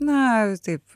na taip